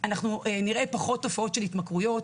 אנחנו נראה פחות תופעות של התמכרויות,